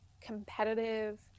competitive